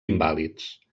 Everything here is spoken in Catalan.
invàlids